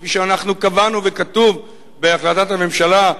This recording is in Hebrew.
כפי שאנחנו קבענו וכתוב בהחלטת הממשלה,